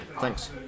Thanks